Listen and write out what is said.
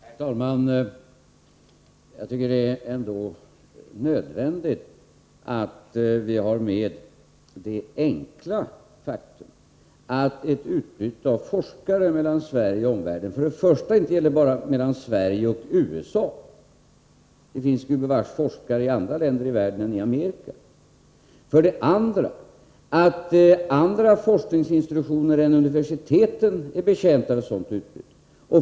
Herr talman! Jag tycker det ändå är nödvändigt att vi har med i diskussionen det enkla faktum att ett utbyte av forskare mellan Sverige och omvärlden för det första inte gäller bara ett utbyte mellan Sverige och USA — det finns gubevars forskare i andra länder i världen än i Amerika — och för det andra att andra forskningsinstitutioner än universiteten också är betjänta av ett sådant utbyte.